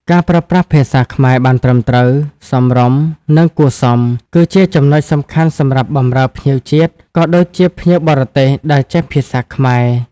ការប្រើប្រាស់ភាសាខ្មែរបានត្រឹមត្រូវ សមរម្យ និងគួរសម គឺជាចំណុចសំខាន់សម្រាប់បម្រើភ្ញៀវជាតិ ក៏ដូចជាភ្ញៀវបរទេសដែលចេះភាសាខ្មែរ។